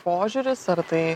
požiūris ar tai